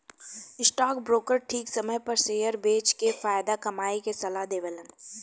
stock broker ठीक समय पर शेयर बेच के फायदा कमाये के सलाह देवेलन